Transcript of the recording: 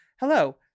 hello